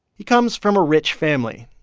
he comes from a rich family,